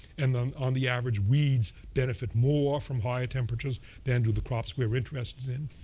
and um on the average, weeds benefit more from higher temperatures than do the crops we're interested in.